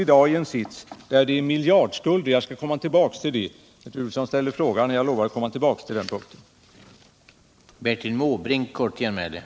Jag hinner inte utveckla detta ytterligare nu, men herr Turesson har tagit upp den här frågan, och jag skall komma tillbaka till den i min nästa